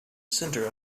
center